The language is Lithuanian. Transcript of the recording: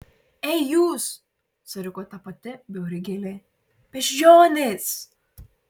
ei jūs suriko ta pati bjauri gėlė beždžionės